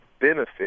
benefit